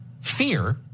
fear